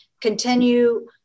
continue